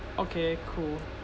okay cool